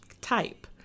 type